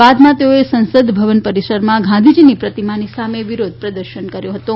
બાદમાં તેઓએ સંસદ ભવન પરીસરમાં ગાંધીજીની પ્રતિમાની સામે વિરોધ પ્રદર્શન કર્યુ